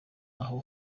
aho